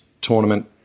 tournament